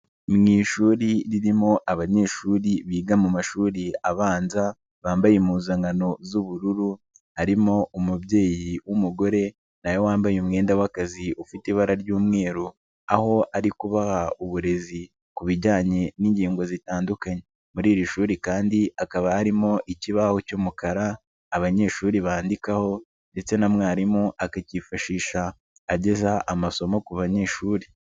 Ni ishuri ririmo abanyeshuri biga mu mashuri abanza bambaye impuzankano z'ubururu, harimo umubyeyi w'umugore nawe wambaye umwenda w'akazi ufite ibara ry'umweru, aho ari kubaha uburezi ku bijyanye n'ingingo zitandukanye, muri iri shuri kandi hakaba harimo ikibaho cy'umukara abanyeshuri bandikaho ndetse na mwarimu akakifashisha ageza amasomo ku banyeshuri.